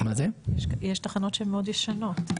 שהן מאוד ישנות.